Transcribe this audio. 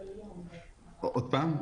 עוד פעם?